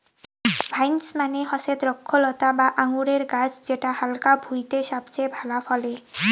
vines মানে হসে দ্রক্ষলতা বা আঙুরের গাছ যেটা হালকা ভুঁইতে সবচেয়ে ভালা ফলে